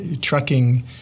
trucking